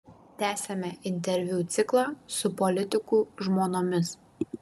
tęsiame interviu ciklą su politikų žmonomis